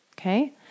okay